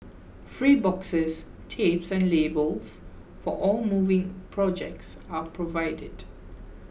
free boxes tapes and labels for all moving projects are provided